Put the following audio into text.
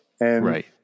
Right